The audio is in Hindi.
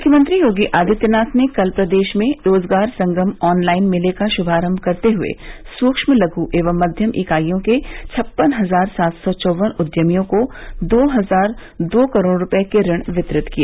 मुख्यमंत्री योगी आदित्यनाथ ने कल प्रदेश में रोजगार संगम ऑनलाइन मेले का शुभारंभ करते हुए सूक्ष्म लघु एवं मध्यम इकाइयों के छप्पन हजार सात सौ चौवन उद्यमियों को दो हजार दो करोड़ रुपए के ऋण वितरित किए